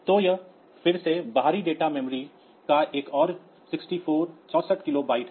तो यह फिर से बाहरी डेटा मेमोरी का एक और 64 किलोबाइट है